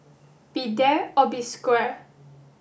be there or be square